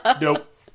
Nope